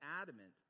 adamant